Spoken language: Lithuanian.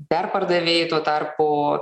perpardavėjai tuo tarpu